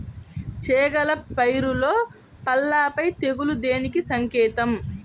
చేగల పైరులో పల్లాపై తెగులు దేనికి సంకేతం?